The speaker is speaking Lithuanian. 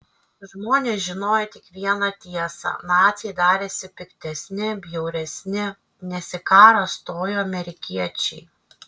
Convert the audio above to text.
žmonės žinojo tik vieną tiesą naciai darėsi piktesni bjauresni nes į karą stojo amerikiečiai